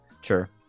sure